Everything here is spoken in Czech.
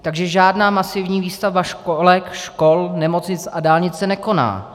Takže žádná masivní výstavba školek, škol, nemocnic a dálnic se nekoná.